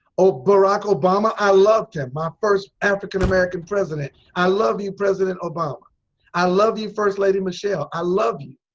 oh barack obama, i loved him my first african american president i love you president obama i love you first lady michelle i love you.